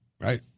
right